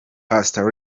pastor